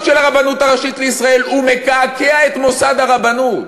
של הרבנות הראשית לישראל: הוא מקעקע את מוסד הרבנות?